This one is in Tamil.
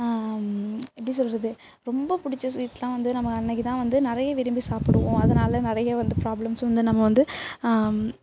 எப்படி சொல்கிறது ரொம்ப பிடிச்ச ஸ்வீட்ஸ்லாம் வந்து நம்ம அன்றைக்கித் தான் வந்து நிறைய விரும்பி சாப்பிடுவோம் அதனால் நிறைய வந்து ப்ராப்ளம்ஸ் வந்து நம்ம வந்து